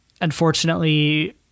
unfortunately